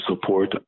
support